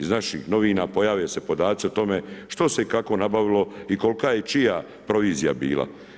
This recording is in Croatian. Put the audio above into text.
Iz naših novina pojave se podaci o tome što se i kako nabavilo i kolika je čija provizija bila.